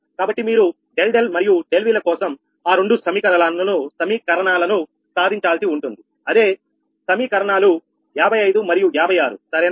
కాబట్టి మీరు ∆𝛿 మరియు ∆𝑉 ల కోసం ఆ రెండు సమీకరణాలను సాధించాల్సి ఉంటుంది అదే సమీకరణాలు 55 మరియు 56 సరేనా